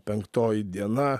penktoji diena